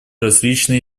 различные